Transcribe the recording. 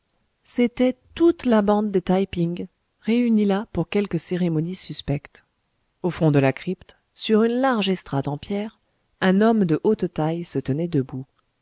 c'était toute la bande des taï ping réunie là pour quelque cérémonie suspecte au fond de la crypte sur une large estrade en pierre un homme de haute taille se tenait debout